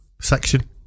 section